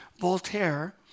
Voltaire